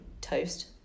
toast